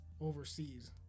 overseas